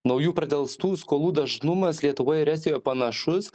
naujų pradelstų skolų dažnumas lietuvoj ir estijoj panašus